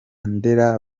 ndera